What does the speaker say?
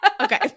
Okay